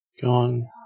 Gone